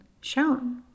shown